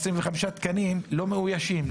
עשרים וחמישה תקנים לא מאויישים,